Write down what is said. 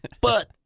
But-